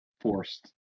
forced